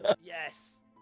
Yes